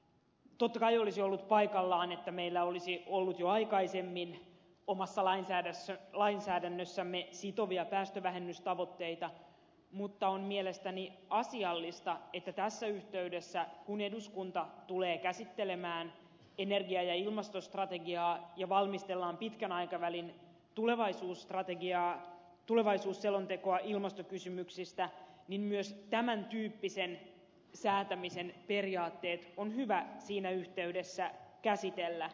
totta kai olisi ollut paikallaan että meillä olisi ollut jo aikaisemmin omassa lainsäädännössämme sitovia päästövähennystavoitteita mutta on mielestäni asiallista että tässä yhteydessä kun eduskunta tulee käsittelemään energia ja ilmastostrategiaa ja valmistellaan pitkän aikavälin tulevaisuusstrategiaa tulevaisuusselontekoa ilmastokysymyksistä niin myös tämän tyyppisen säätämisen periaatteet on hyvä siinä yhteydessä käsitellä